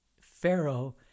Pharaoh